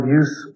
use